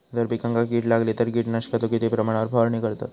जर पिकांका कीड लागली तर कीटकनाशकाचो किती प्रमाणावर फवारणी करतत?